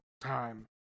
time